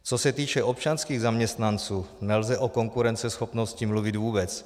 Co se týče občanských zaměstnanců, nelze o konkurenceschopnosti mluvit vůbec.